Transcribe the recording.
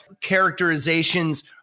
characterizations